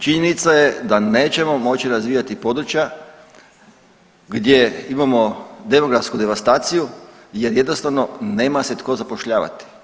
Činjenica je da nećemo moći razvijati područja gdje imamo demografsku devastaciju jer jednostavno nema se tko zapošljavati.